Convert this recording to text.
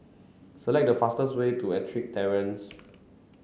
select the fastest way to Ettrick Terrace